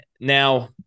now